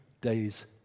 days